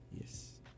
Yes